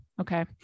Okay